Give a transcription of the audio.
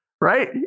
Right